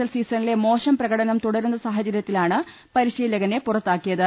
L സീസണിലെ മോശം പ്രകടനം തുടരുന്ന സാഹചര്യത്തിലാണ് പരിശീലകനെ പുറത്താ ക്കിയത്